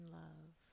love